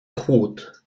chłód